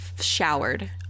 showered